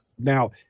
Now